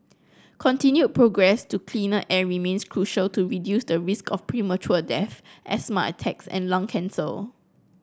continued progress to cleaner air remains crucial to reduce the risk of premature death asthma attacks and lung cancel